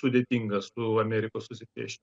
sudėtinga su amerikos susiprieši